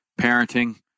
parenting